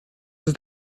ist